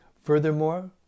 Furthermore